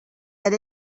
that